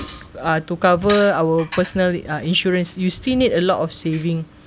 uh to cover our personal uh insurance you still need a lot of saving